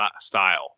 style